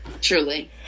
truly